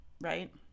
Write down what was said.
right